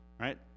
right